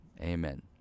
amen